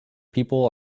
people